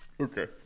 Okay